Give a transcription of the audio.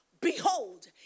behold